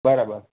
બરાબર